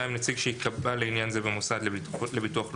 נציג שייקבע לעניין זה במוסד לביטוח לאומי.